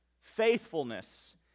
faithfulness